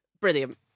Brilliant